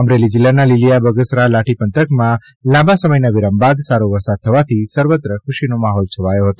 અમરેલી જિલ્લાના લીલીયા બગસરા લાઠી પંથકમાં લાંબ સમયના વિરામ બાદ સારો વરસાદ થવાથી સર્વત્ર ખુશીનો માહોલ છવાયો છે